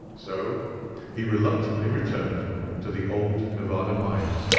so he reluctantly returned to the old nevada mines,